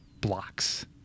blocks